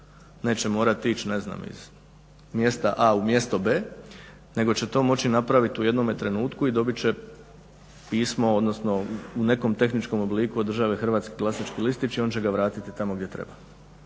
neće morati ići ne znam iz mjesta A u mjesto B nego će to moći napraviti u jednome trenutku i dobit će pismo, odnosno u nekom tehničkom obliku od države Hrvatske glasački listić i on će ga vratiti tamo gdje treba.